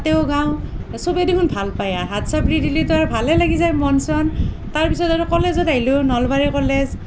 তাতেও গাওঁ চবেই দেখোন ভাল পাই আৰু হাত চাপৰি দিলেটো আৰু ভালেই লাগি যায় মন ছন তাৰ পিছত আৰু কলেজত আহিলোঁ নলবাৰী কলেজ